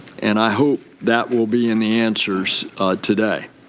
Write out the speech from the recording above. and i hope that will be in the answers today.